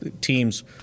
team's